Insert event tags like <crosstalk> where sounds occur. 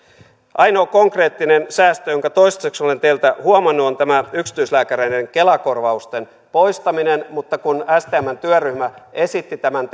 ainoa konkreettinen säästö jonka toistaiseksi olen teiltä huomannut on tämä yksityislääkäreiden kela korvausten poistaminen mutta kun stmn työryhmä esitti tämän <unintelligible>